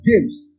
James